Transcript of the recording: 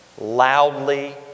Loudly